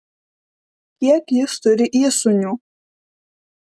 kiek jis turi įsūnių